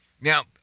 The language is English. Now